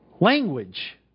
language